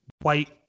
White